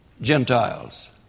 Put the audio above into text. Gentiles